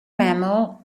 mammal